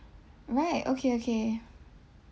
right okay okay